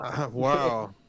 Wow